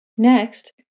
Next